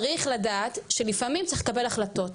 צריך לדעת שלפעמים צריך לקבל החלטות,